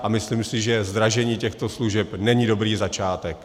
A myslím si, že zdražení těchto služeb není dobrý začátek.